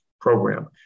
program